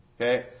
Okay